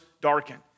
darkened